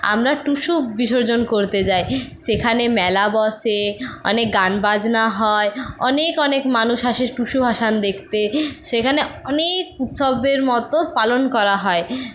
আমরা টুসু বিসর্জন করতে যাই সেখানে মেলা বসে অনেক গান বাজনা হয় অনেক অনেক মানুষ আসে টুসু ভাসান দেখতে সেখানে অনেক উৎসবের মতো পালন করা হয়